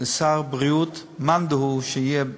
לשר הבריאות, מאן דהוא שיהיה,